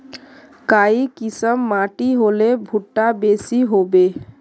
काई किसम माटी होले भुट्टा बेसी होबे?